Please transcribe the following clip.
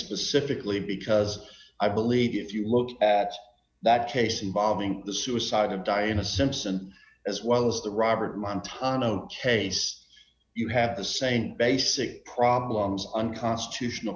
specifically because i believe if you look at that case involving the suicide of diana simpson as well as the robert montoya known taste you have the same basic problems unconstitutional